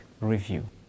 review